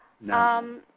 No